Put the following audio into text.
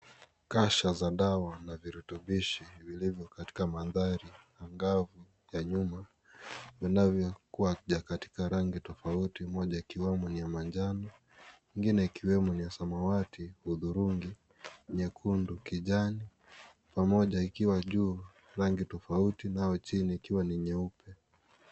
Kasha za dawa na virutubishi vilivyo katika mandhari angavu vya nyuma. Tunaona vichupa katika rangi tofauti moja ikiwamo ya manjano, ingine ikiwemo ya samawati, hudhurungi, nyekundu, kijani pamoja ikiwa juu rangi tofauti nayo chini ikiwa ni nyeupe.